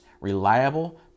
reliable